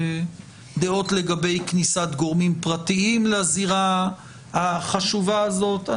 דעות לגבי כניסת גורמים פרטיים לזירה החשובה הזאת.